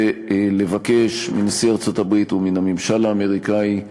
ולבקש מנשיא ארצות-הברית ומן הממשל האמריקני,